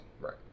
Right